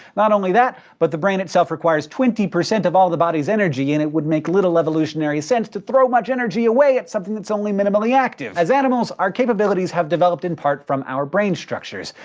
not only that, but the brain itself requires twenty percent of all the body's energy, and it would make little evolutionary sense to throw much energy away at something that is only minimally active. as animals, our capabilities have developed in part from our brain structures.